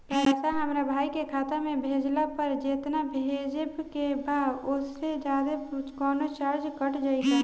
पैसा हमरा भाई के खाता मे भेजला पर जेतना भेजे के बा औसे जादे कौनोचार्ज कट जाई का?